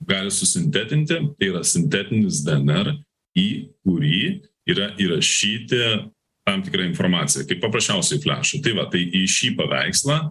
gali susintetinti tai yra sintetinis dnr į kurį yra įrašyti tam tikra informacija kaip paprasčiausiai į fliašą tai va tai į šį paveikslą